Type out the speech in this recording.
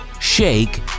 Shake